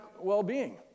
well-being